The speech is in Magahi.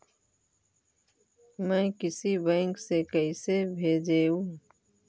मैं किसी बैंक से कैसे भेजेऊ